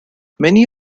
many